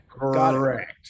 correct